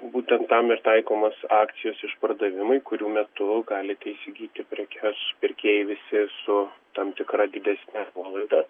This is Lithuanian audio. būtent tam ir taikomos akcijos išpardavimai kurių metu galite įsigyti prekes pirkėjai visi su tam tikra didesne nuolaida